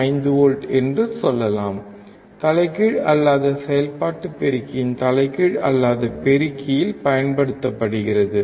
5 volt என்று சொல்லலாம் தலைகீழ் அல்லாத செயல்பாட்டு பெருக்கியின் தலைகீழ் அல்லாத பெருக்கியில் பயன்படுத்தப்படுகிறது